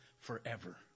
forever